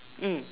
mm